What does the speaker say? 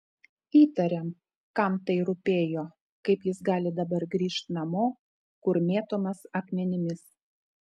įtariam kam tai rūpėjo kaip jis gali dabar grįžt namo kur mėtomas akmenimis